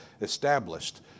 established